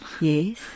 Yes